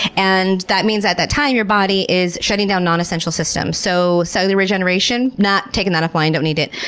and that means at that time, your body is shutting down non-essential systems, so cellular regeneration? nah, taking that offline, don't need it.